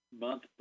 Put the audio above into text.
month